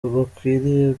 bakwiriye